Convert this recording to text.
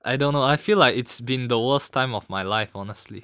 I don't know I feel like it's been the worst time of my life honestly